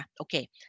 Okay